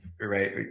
right